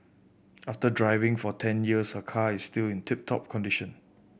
after driving for ten years her car is still in tip top condition